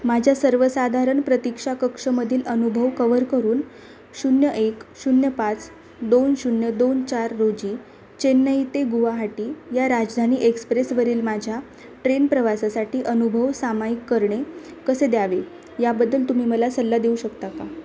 माझ्या सर्वसाधारण प्रतीक्षा कक्षमधील अनुभव कव्हर करून शून्य एक शून्य पाच दोन शून्य दोन चार रोजी चेन्नई ते गुवाहाटी या राजधानी एक्सप्रेसवरील माझ्या ट्रेन प्रवासासाठी अनुभव सामायिक करणे कसे द्यावे याबद्दल तुम्ही मला सल्ला देऊ शकता का